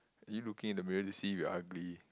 are you looking in the mirror to see if you're ugly